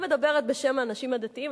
אני לא מדברת בשם האנשים הדתיים,